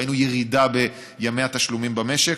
וראינו ירידה בימים בתשלומים במשק,